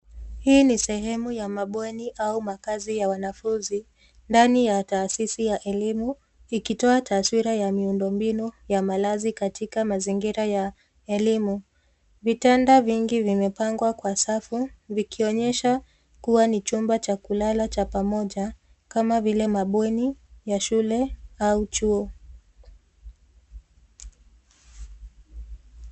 Hii ni sehemu ya mabweni au makazi ya wanafunzi ndani ya taasisi ya elimu ikitoa taswira ya miundo mbinu ya malazi katika mazingira ya elimu. Vitanda vingi vimepangwa kwa safu vikionyesha kuwa ni chumba cha kulala cha pamoja kama vile mabweni ya shule au chuo.